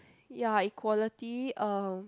ya equality um